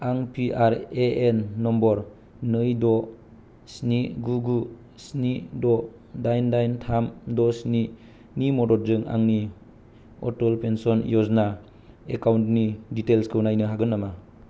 आं P R A N number नै द' स्नि गु गु स्नि द' दाइन दाइन थाम द' स्निनि मददजों आंनि अटल पेन्सन य'जना एकाउन्टनि डिटैल्सखौ नायनो हागोन नामा